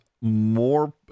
more